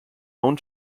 own